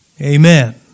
Amen